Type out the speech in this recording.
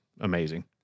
amazing